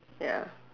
ya